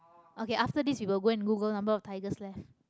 okay after this we will go and google number of tigers left